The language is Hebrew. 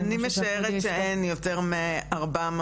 אני משערת שאין יותר מ-400.